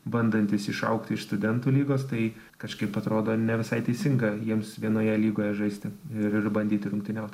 bandantis išaugti iš studentų lygos tai kažkaip atrodo ne visai teisinga jiems vienoje lygoje žaisti ir bandyti rungtyniauti